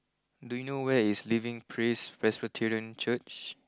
do you know where is Living Praise Presbyterian Church